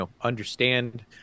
understand